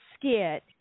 skit